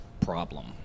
problem